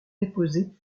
déposées